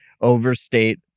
overstate